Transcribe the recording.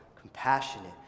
compassionate